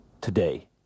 today